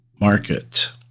market